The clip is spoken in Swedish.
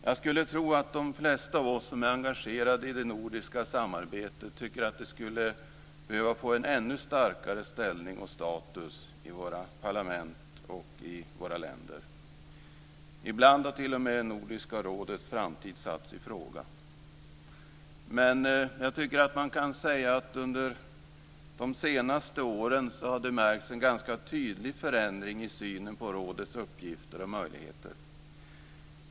Jag skulle tro att de flesta av oss som är engagerade i det nordiska samarbetet tycker att det skulle behöva få en ännu starkare ställning och högre status i våra parlament och i våra länder. Ibland har t.o.m. Nordiska rådets framtid satts ifråga. Men jag tycker att man kan säga att det under de senaste åren har märkts en ganska tydlig förändring i synen på rådets uppgifter och möjligheter.